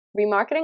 Remarketing